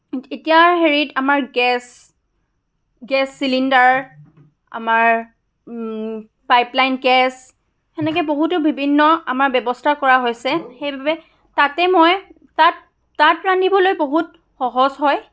এতিয়াৰ হেৰিত আমাৰ গেছ গেছ চিলিণ্ডাৰ আমাৰ পাইপলাইন গেছ সেনেকৈ বহুতো বিভিন্ন আমাৰ ব্যৱস্থা কৰা হৈছে সেইবাবে তাতে মই তাত তাত ৰান্ধিবলৈ বহুত সহজ হয়